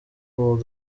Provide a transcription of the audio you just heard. bull